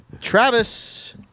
Travis